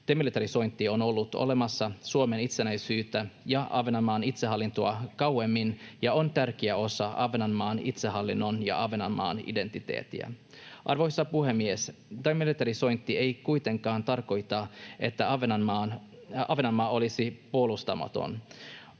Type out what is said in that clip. Demilitarisointi on ollut olemassa Suomen itsenäisyyttä ja Ahvenanmaan itsehallintoa kauemmin, ja se on tärkeä osa Ahvenanmaan itsehallintoa ja Ahvenanmaan identiteettiä. Arvoisa puhemies! Demilitarisointi ei kuitenkaan tarkoita, että Ahvenanmaa olisi puolustamaton.